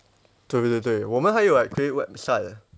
对对对我们还有 like create website